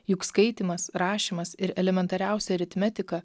juk skaitymas rašymas ir elementariausia aritmetika